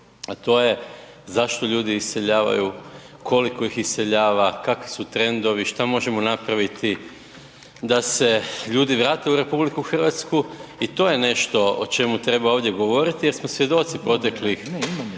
to je zašto ljudi iseljavaju, koliko ih iseljava, kakvi su trendovi, šta možemo napraviti da se ljudi vrate u RH i to je nešto o čemu treba ovdje govoriti jer smo svjedoci proteklih